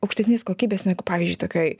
aukštesnės kokybės negu pavyzdžiui tokioj